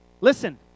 Listen